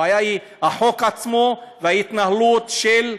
הבעיה היא החוק עצמו וההתנהלות של,